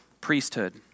priesthood